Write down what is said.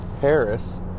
Paris